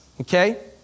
okay